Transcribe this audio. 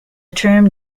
term